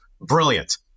brilliant